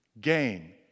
gain